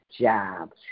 jobs